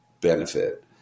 benefit